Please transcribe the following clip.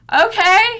okay